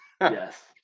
Yes